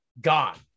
gone